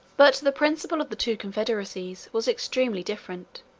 but the principle of the two confederacies was extremely different.